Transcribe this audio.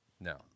No